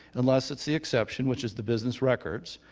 unless it's the exception, which is the business records.